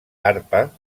arpa